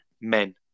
men